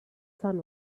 sun